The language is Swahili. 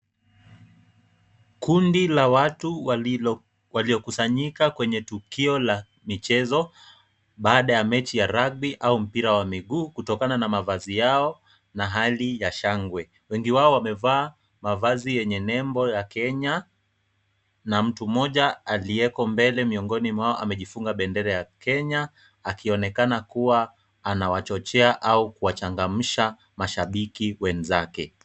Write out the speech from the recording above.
Kundi la watu waliokusanyika kwenye tukio la michezo baada ya mechi ya rugby au mpira wa miguu kutokana na mavazi yao na hali ya shangwe. Wengi wao wamevaa mavazi yenye nembo ya Kenya na mtu mmoja aliyeko mbele miongoni mwao amejifunga bendera ya Kenya akionekana kuwa anawachochea au kuwachangamsha mashabiki wenzake.